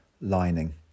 lining